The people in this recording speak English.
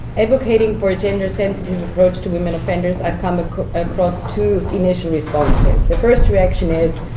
advocating for gender sensitive approach to women offenders have come ah across two initial responses. the first reaction is,